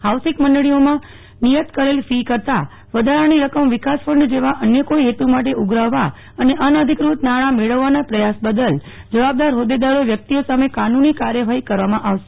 housing મંડળીઓમાં નિયત કરેલા ફી કરતાં વધારાની રકમ વિકાસ ફંડ જેવા અન્ય કોઈ હેતુ માટે ઉઘરાવવા અને અનઅધિક્રત નાણાં મેળવવાના પ્રયાસ બદલ જવાબદાર હોદેદારો વ્યક્તિઓ સામે કાનૂની કાર્યવાહી કરવામાં આવશે